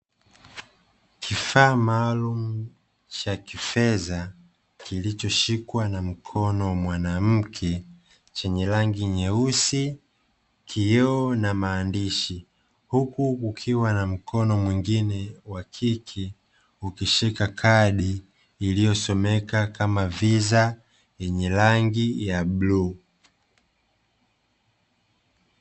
Kifaa maalumu cha kifedha kilichoshikwa na mkono wa mwanamke chenye rangi nyeusi, kioo na maandishi. Huku kukiwa na mkono mwingine wa kike, ukishika kadi iliyosomeka kama "VISA" yenye rangi ya bluu.